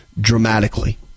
dramatically